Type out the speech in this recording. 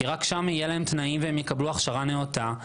כי רק שם יהיו להם תנאים והם יקבלו הכשרה נאותה.